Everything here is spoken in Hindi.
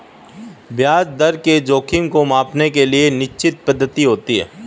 ब्याज दर के जोखिम को मांपने के लिए निश्चित पद्धति होती है